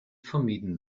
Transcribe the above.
vermieden